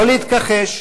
לא להתכחש,